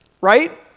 right